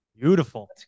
Beautiful